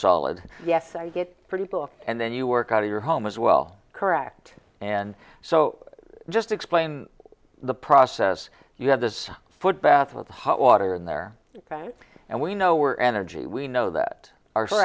solid yes i get pretty book and then you work out of your home as well correct and so just explain the process you have this footbath of hot water in there and we know or energy we know that our